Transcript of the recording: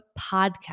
podcast